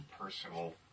Personal